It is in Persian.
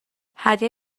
هدیه